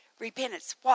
Repentance